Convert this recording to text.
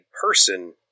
person